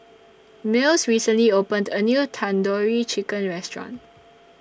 Mills recently opened A New Tandoori Chicken Restaurant